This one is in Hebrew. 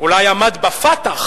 אולי עמד ב"פתח",